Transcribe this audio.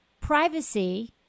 privacy